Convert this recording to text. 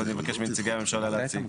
אז אני מבקש מנציגי הממשלה להציג.